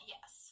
Yes